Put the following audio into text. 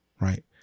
right